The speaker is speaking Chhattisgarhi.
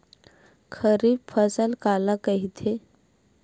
खरीफ फसल काला कहिथे?